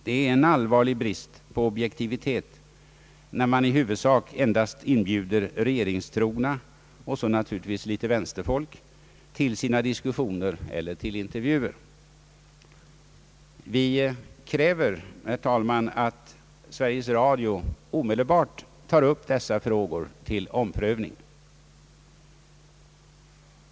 Det är en allvarlig brist på objektivitet, när det i huvudsak endast inbjuds regeringstrogna och naturligtvis en del vänsterfolk till diskussioner eller intervjuer. Vi kräver, herr talman, att Sveriges Radio omedelbart tar upp dessa frågor till omprövning.